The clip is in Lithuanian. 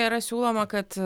yra siūloma kad